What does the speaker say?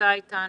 נמצא איתנו,